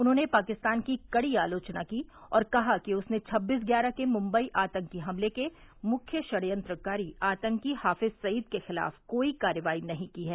उन्होंने पाकिस्तान की कड़ी आलोचना की और कहा कि उसने छबीस ग्यारह के मुन्बई आतंकी हमले के मुख्य षडयंत्रकारी आतंकी हाफिज सईद के खिलाफ कोई कार्रवाई नहीं की है